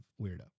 weirdo